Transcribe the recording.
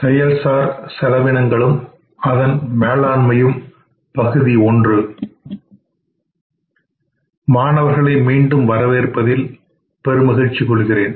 செயல்சார் செலவினங்களும் அதன் மேலாண்மையும் 1 மாணவர்களை மீண்டும் வரவேற்பதில் மகிழ்ச்சி கொள்கிறேன்